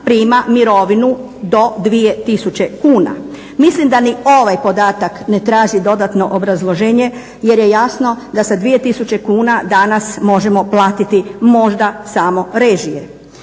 prima mirovinu do 2 tisuće kuna. Mislim da ni ovaj podatak ne traži dodatno obrazloženje jer je jasno da sa 2 tisuće kuna danas možemo platiti možda samo režije.